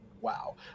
wow